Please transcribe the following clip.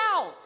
out